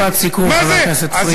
משפט סיכום, חבר הכנסת פריג'.